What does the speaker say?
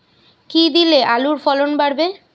কী দিলে আলুর ফলন বাড়বে?